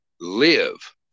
live